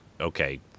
okay